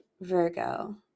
Virgo